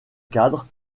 cadre